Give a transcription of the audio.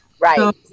Right